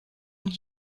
und